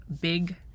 big